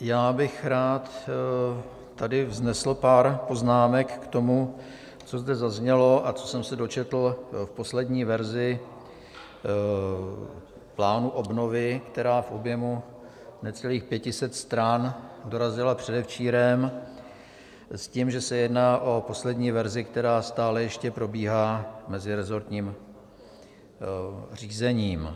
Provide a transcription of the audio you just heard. Já bych rád tady vznesl pár poznámek k tomu, co zde zaznělo a co jsem se dočetl v poslední verzi plánu obnovy, která v objemu necelých 500 stran dorazila předevčírem s tím, že se jedná o poslední verzi, která stále ještě probíhá mezirezortním řízením.